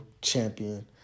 champion